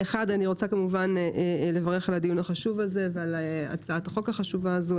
אני רוצה כמובן לברך על הדיון החשוב הזה ועל הצעת החוק החשובה הזאת,